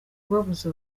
kubabuza